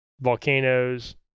volcanoes